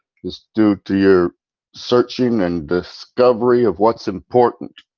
is due to your searching and discovering of what's important.